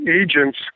agents